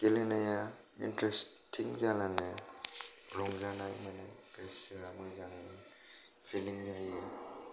गेलेनाया इन्टारेस्टिं जालाङो रंजानाय मोनो गोसोया मोजां फिलिं जायो